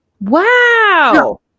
Wow